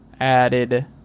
added